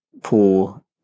pool